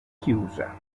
chiusa